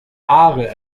aare